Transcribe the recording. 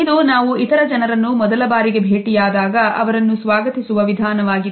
ಇದು ನಾವು ಇತರ ಜನರನ್ನು ಮೊದಲಬಾರಿಗೆ ಭೇಟಿಯಾದಾಗ ಅವರನ್ನು ಸ್ವಾಗತಿಸುವ ವಿಧಾನವಾಗಿದೆ